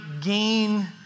gain